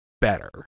better